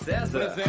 César